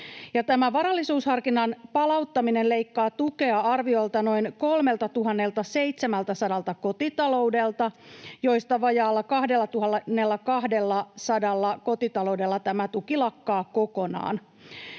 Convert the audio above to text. varallisuusharkinnan palauttaminen leikkaa tukea arviolta noin 3 700 kotitaloudelta, joista vajaalla 2 200 kotitaloudella tämä tuki lakkaa kokonaan.